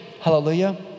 Hallelujah